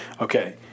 Okay